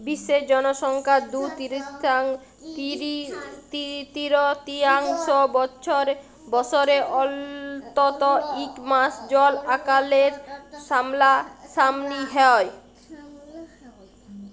বিশ্বের জলসংখ্যার দু তিরতীয়াংশ বসরে অল্তত ইক মাস জল আকালের সামলাসামলি হ্যয়